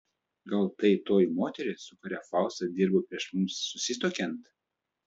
gal tai toji moteris su kuria faustas dirbo prieš mums susituokiant